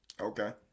okay